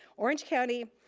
orange county